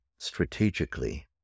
strategically